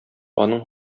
аның